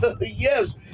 Yes